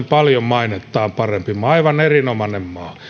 paljon mainettaan parempi maa aivan erinomainen maa